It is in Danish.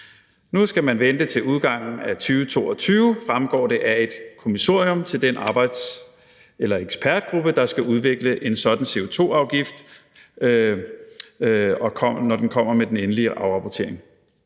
Nu skal man vente til udgangen af 2022, fremgår det af et kommissorium til den ekspertgruppe, der skal udvikle en sådan CO2-afgift, og så skal den komme med den endelige afrapportering.